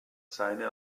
seine